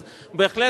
אז בהחלט,